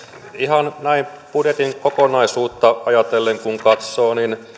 ihan näin budjetin kokonaisuutta ajatellen kun katsoo niin